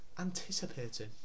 Anticipating